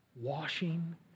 washing